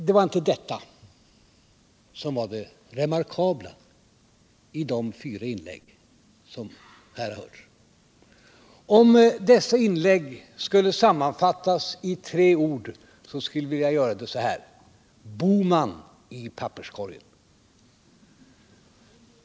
Det var dock inte detta som var det remarkabla i de fyra inlägg som här hörts. Om dessa inlägg skulle sammanfattas itre ord skulle jag vilja göra det så här: Bohman i papperskorgen.